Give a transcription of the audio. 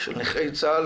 של נכי צה"ל,